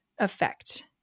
Effect